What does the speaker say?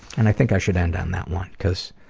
and i think i should end on that one cause